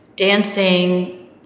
Dancing